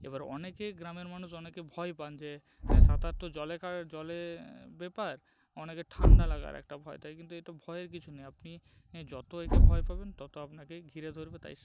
এবার অনেকেই গ্রামের মানুষ অনেকে ভয় পান যে অ্যাঁ সাঁতার জলে কা জলে ব্যাপার অনেকে ঠান্ডা লাগার একটা ভয় থাকে কিন্তু এতো ভয়ের কিছু নেই আপনি যতো একে ভয় পাবেন তত আপনাকেই ঘিরে ধরবে তাই স